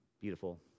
beautiful